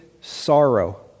sorrow